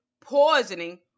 poisoning